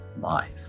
life